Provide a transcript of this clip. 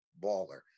baller